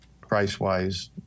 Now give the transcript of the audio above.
price-wise